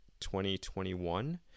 2021